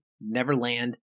Neverland